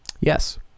Yes